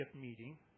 meeting